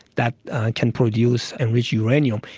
that can produce and rich uranium.